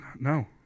no